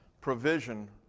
provision